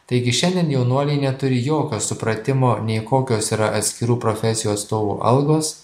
taigi šiandien jaunuoliai neturi jokio supratimo nei kokios yra atskirų profesijų atstovų algos